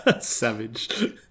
savage